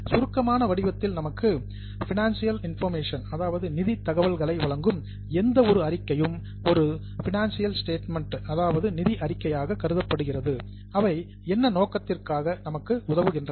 சுருக்கமான வடிவத்தில் நமக்கு பைனான்சியல் இன்பர்மேஷன் அதாவது நிதித் தகவல்களை வழங்கும் எந்த ஒரு அறிக்கையும் ஒரு பைனான்சியல் ஸ்டேட்மெண்ட் நிதி அறிக்கையாக கருதப்படுகிறது அவை என்ன நோக்கத்திற்காக நமக்கு உதவுகின்றன